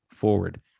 Forward